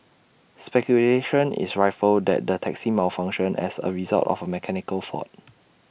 speculation is rife that the taxi malfunctioned as A result of A mechanical fault